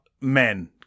men